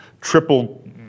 triple